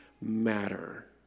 matter